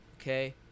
Okay